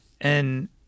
And-